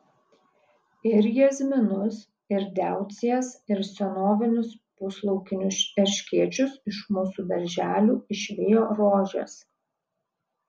ir jazminus ir deucijas ir senovinius puslaukinius erškėčius iš mūsų darželių išvijo rožės